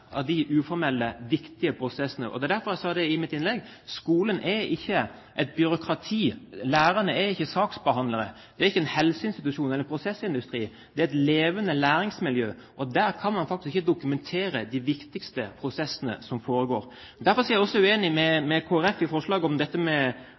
av de uformelle viktige prosessene. Det er derfor jeg sa i mitt innlegg at skolen ikke er et byråkrati, lærerne er ikke saksbehandlere, det er ikke en helseinstitusjon eller en prosessindustri, det er et levende læringsmiljø. Der kan man faktisk ikke dokumentere de viktigste prosessene som foregår. Derfor er jeg også uenig med